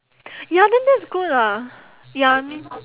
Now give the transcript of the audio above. ya then that's good ah ya I mean